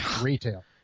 retail